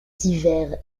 divers